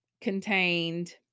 contained